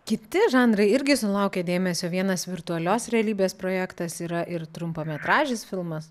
kiti žanrai irgi sulaukė dėmesio vienas virtualios realybės projektas yra ir trumpametražis filmas